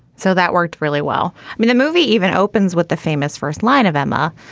so that worked really well. i mean, the movie even opens with the famous first line of emma,